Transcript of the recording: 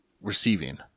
receiving